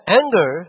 anger